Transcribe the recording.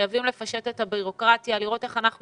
חייבים לפשט את הבירוקרטיה ולראות איך אנחנו